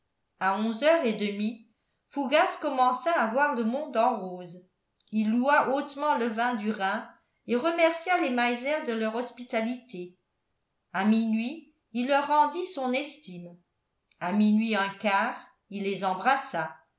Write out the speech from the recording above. à onze heures et demie fougas commença à voir le monde en rose il loua hautement le vin du rhin et remercia les meiser de leur hospitalité à minuit il leur rendit son estime à minuit un quart il les embrassa